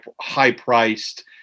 high-priced